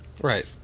Right